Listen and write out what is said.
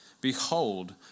Behold